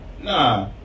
Nah